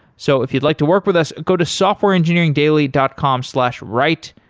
so if you'd like to work with us, go to softwareengineeringdaily dot com slash write.